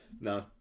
no